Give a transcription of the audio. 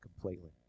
completely